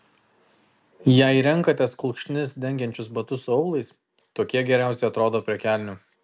jei renkatės kulkšnis dengiančius batus su aulais tokie geriausiai atrodo prie kelnių